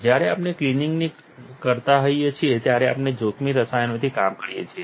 જ્યારે આપણે ક્લિનિંગ કરતા હોઈએ છીએ ત્યારે આપણે જોખમી રસાયણોથી કામ કરીએ છીએ